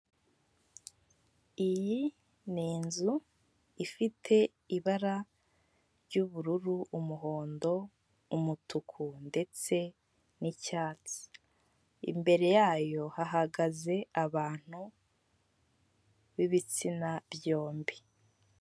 Iyi ni inzu ifite ibara ry'ubururu, umuhondo, umutuku ndetse n'icyatsi, imbere yayo hahagaze abantu b'ibitsina byombi.